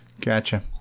Gotcha